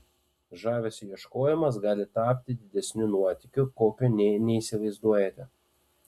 žavesio ieškojimas gali tapti didesniu nuotykiu kokio nė neįsivaizduojate